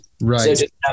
right